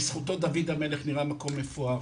בזכותו דוד המלך נראה מקום מפואר.